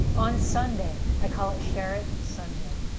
on sunday, i call it, share it sunday.